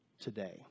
today